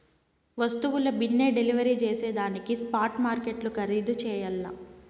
వస్తువుల బిన్నే డెలివరీ జేసేదానికి స్పాట్ మార్కెట్లు ఖరీధు చెయ్యల్ల